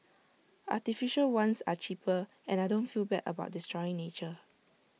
artificial ones are cheaper and I don't feel bad about destroying nature